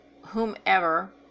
whomever